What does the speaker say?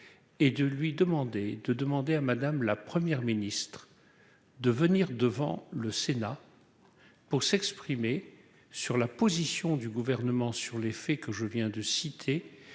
et de lui demander de demander à Madame la première ministre de venir devant le Sénat pour s'exprimer sur la position du gouvernement sur les faits que je viens de citer